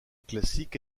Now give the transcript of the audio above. classique